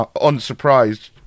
unsurprised